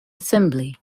assembly